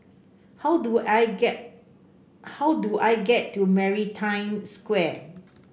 how do I get how do I get to Maritime Square